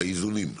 איזונים.